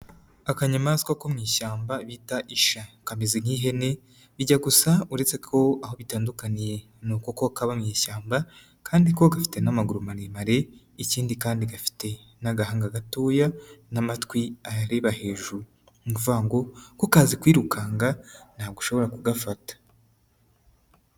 Akanyamaswa ko mu ishyamba bita isha, kameze nk'ihene bijya gusa uretse two aho bitandukaniye ni uko ko kaba mu ishyamba kandi kaba gafite n'amaguru maremare, ikindi kandi gafite n'agahanga gatoya n'amatwi areba hejuru, ni ukuvuga ngo ko kazi kwirukanka, ntabwo ushobora kugafata.